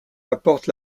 apporte